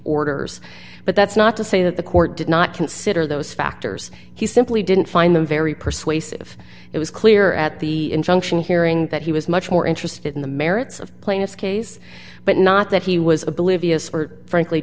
orders but that's not to say that the court did not consider those factors he simply didn't find them very persuasive it was clear at the injunction hearing that he was much more interested in the merits of plaintiff's case but not that he was oblivious or frankly